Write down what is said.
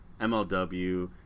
MLW